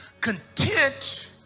Content